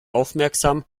aufmerksam